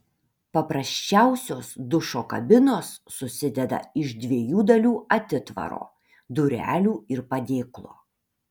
paprasčiausios dušo kabinos susideda iš dviejų dalių atitvaro durelių ir padėklo